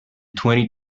twenty